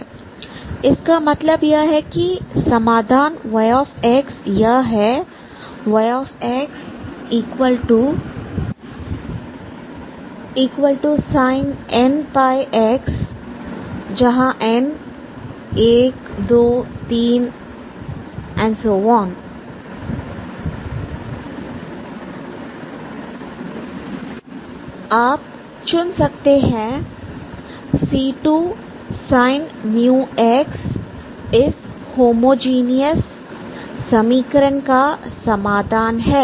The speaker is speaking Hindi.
इसका मतलब यह है कि समाधान yx यह है yxsin nπx n123 आप चुन सकते हैं c2 sin μx इस होमोजीनियस समीकरण का समाधान है